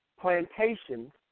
plantations